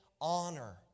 honor